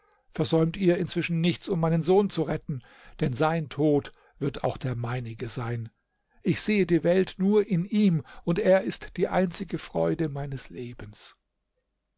versäumt ihr inzwischen nichts um meinen sohn zu retten denn sein tod wird auch der meinige sein ich sehe die welt nur in ihm und er ist die einzige freude meines lebens